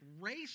race